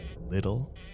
little